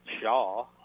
Shaw